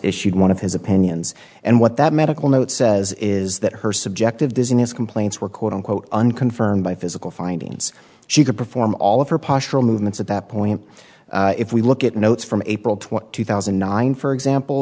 issued one of his opinions and what that medical note says is that her subjective business complaints were quote unquote unconfirmed by physical findings she could perform all of her partial movements at that point if we look at notes from april twelfth two thousand and nine for example